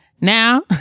Now